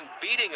beating